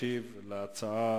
להשיב על ההצעות